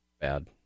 bad